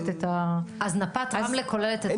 אז נפת רמלה כוללת את קפלן?